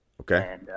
Okay